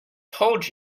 told